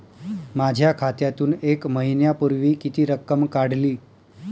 माझ्या खात्यातून एक महिन्यापूर्वी किती रक्कम काढली?